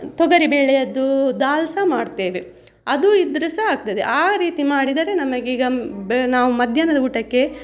ತೊಗರಿಬೇಳೆಯದ್ದು ದಾಲ್ ಸಹ ಮಾಡ್ತೇವೆ ಅದು ಇದ್ದರೆ ಸಹ ಆಗ್ತದೆ ಆ ರೀತಿ ಮಾಡಿದರೆ ನಮಗೀಗ ಬ ನಾವು ಮಧ್ಯಾಹ್ನದ ಊಟಕ್ಕೆ